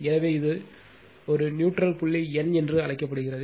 எனவே இது நியூட்ரல் புள்ளி n என்று அழைக்கப்படுகிறது